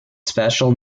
special